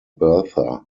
bertha